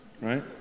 right